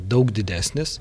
daug didesnis